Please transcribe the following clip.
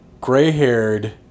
gray-haired